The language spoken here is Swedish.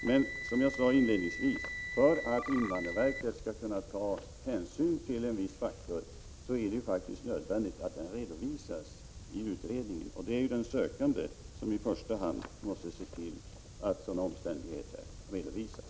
Men som jag sade inledningsvis: för att invandrarverket skall kunna ta hänsyn till en viss omständighet är det faktiskt nödvändigt att den redovisas i utredningen, och det är i första hand den sökande som skall se till att sådana omständigheter redovisas.